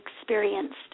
experienced